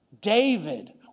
David